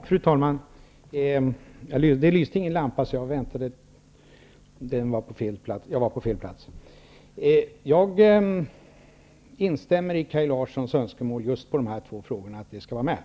Fru talman! Jag instämmer i Kaj Larssons önskemål om att just de här två frågorna skall tas med i utredningen.